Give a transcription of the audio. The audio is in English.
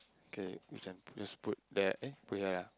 okay which one just put that eh put here lah